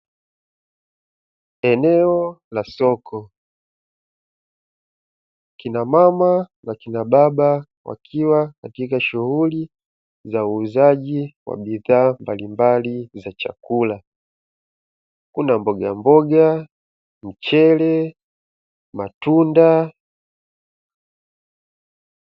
Eneo la soko, kina mama na kina baba wakiwa katika shughuli za uuzaji wa bidhaa mbalimbali za chakula. Kuna mbogamboga, mchele, matunda.